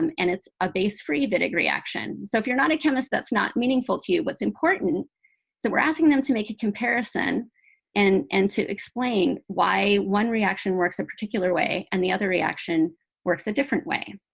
um and it's a base-free wittig reaction. so if you're not a chemist, that's not meaningful to you. what's important so we're asking them to make a comparison and and to explain why one reaction works a particular way and the other reaction works a different way.